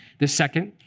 the second,